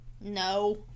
No